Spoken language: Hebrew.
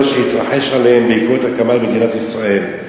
שהתרחש עליהם בעקבות הקמת מדינת ישראל,